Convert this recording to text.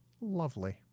lovely